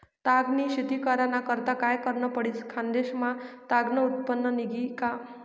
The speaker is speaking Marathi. ताग नी शेती कराना करता काय करनं पडी? खान्देश मा ताग नं उत्पन्न निंघी का